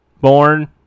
Born